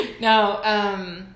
No